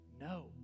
no